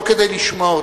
ולא כדי לשמוע אותן.